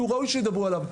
כי הוא ראוי שידברו עליו.